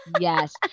Yes